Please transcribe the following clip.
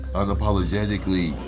unapologetically